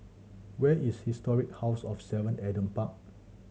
where is Historic House of Seven Adam Park